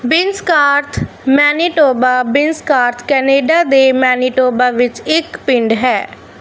Binscarth Manitoba Binscarth Canada ਦੇ Manitoba ਵਿੱਚ ਇੱਕ ਪਿੰਡ ਹੈ